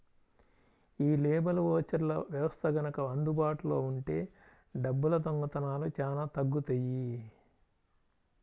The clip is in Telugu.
యీ లేబర్ ఓచర్ల వ్యవస్థ గనక అందుబాటులో ఉంటే డబ్బుల దొంగతనాలు చానా తగ్గుతియ్యి